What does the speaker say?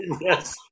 Yes